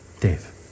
Dave